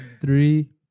Three